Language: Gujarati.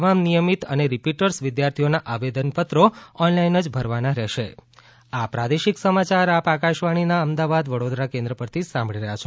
તમામ નિયમિત અને રીપીટર્સ વિદ્યાર્થીઓના આવેદનપત્રો ઓનલાઈન જ ભરવાના રહેશે કોરોના સંદેશ આ પ્રાદેશિક સમાચાર આપ આકશવાણીના અમદાવાદ વડોદરા કેન્દ્ર પરથી સાંભળી રહ્યા છે